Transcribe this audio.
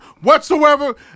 whatsoever